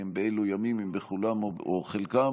חמישה בעד,